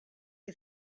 you